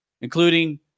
including